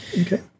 Okay